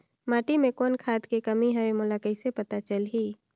माटी मे कौन खाद के कमी हवे मोला कइसे पता चलही?